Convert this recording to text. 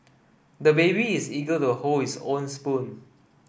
the baby is eager to hold his own spoon